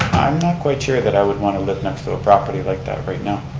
i'm not quite sure that i would want to live next to a property like that right now.